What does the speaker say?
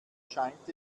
scheint